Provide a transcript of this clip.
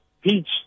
peach